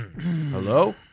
Hello